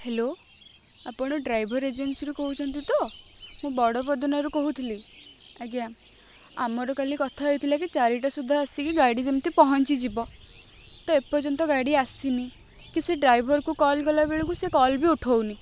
hello ଆପଣ driver ଏଜେନ୍ସିରୁ କହୁଛନ୍ତି ତ ମୁଁ ବଡ଼ପଦନାରୁ କହୁଥିଲି ଆଜ୍ଞା ଆମର କାଲି କଥା ହେଇଥିଲା କି ଚାରିଟା ସୁଧା ଆସିକି ଗାଡ଼ି ଯେମିତି ପହଞ୍ଚିଯିବ ତ ଏ ପର୍ଯ୍ୟନ୍ତ ଗାଡ଼ି ଆସିନି କି ସେ ଡ୍ରାଇଭରକୁ କଲ୍ କଲାବେଳକୁ ସିଏ କଲ୍ ବି ଉଠାଉନି